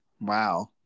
Wow